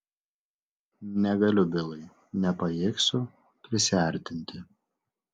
negaliu bilai nepajėgsiu prisiartinti